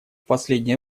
последнее